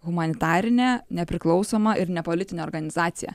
humanitarinė nepriklausoma ir nepolitinė organizacija